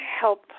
Help